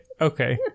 Okay